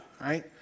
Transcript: right